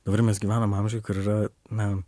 dabar mes gyvenam amžiuj kur yra na